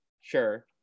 Sure